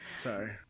Sorry